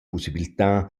pussibiltà